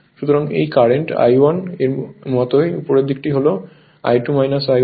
সুতরাং এই current I1 এর মতই উপরের দিকটি হল I2 I1 এবং এটি I2